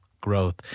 growth